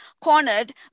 cornered